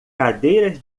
cadeiras